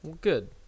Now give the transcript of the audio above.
Good